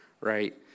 right